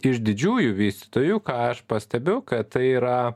iš didžiųjų vystytojų ką aš pastebiu kad tai yra